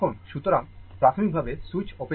সুতরাং প্রাথমিকভাবে switch open ছিল